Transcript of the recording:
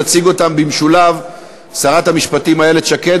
תציג אותן במשולב שרת המשפטים איילת שקד,